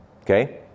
Okay